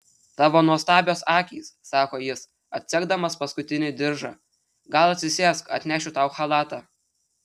tavo nuostabios akys sako jis atsegdamas paskutinį diržą gal atsisėsk atnešiu tau chalatą